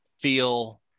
feel